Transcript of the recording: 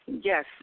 yes